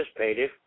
participative